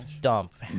dump